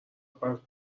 پرت